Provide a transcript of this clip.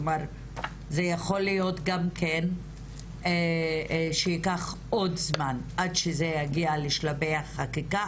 כלומר זה יכול להיות גם כן שיקח עוד זמן עד שזה יגיע לשלבי החקיקה.